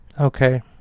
Okay